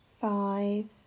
five